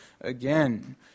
again